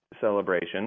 celebration